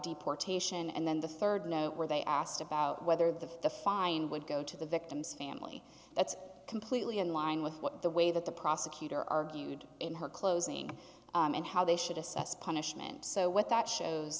deportation and then the rd no where they asked about whether the fine would go to the victim's family that's completely in line with what the way that the prosecutor argued in her closing and how they should assess punishment so what that shows